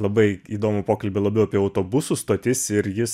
labai įdomų pokalbį labiau apie autobusų stotis ir jis